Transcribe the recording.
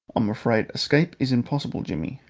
i'm afraid escape is impossible, jimmy,